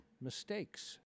mistakes